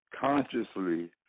consciously